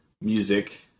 music